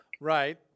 Right